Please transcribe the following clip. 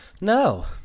no